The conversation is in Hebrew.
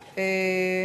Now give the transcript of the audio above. מתנגדים.